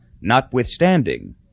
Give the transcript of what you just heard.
notwithstanding